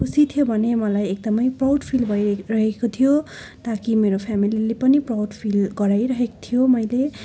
खुसी थियो भने मलाई एकदमै प्राउड फिल भइरहेको थियो ताकि मेरो फ्यामिलीले पनि प्राउड फिल गराइरहेको थियो मैले